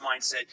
mindset